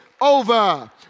over